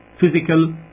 physical